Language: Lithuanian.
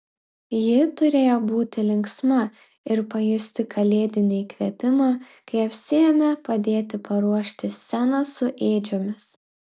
ji turėjo būti linksma ir pajusti kalėdinį įkvėpimą kai apsiėmė padėti paruošti sceną su ėdžiomis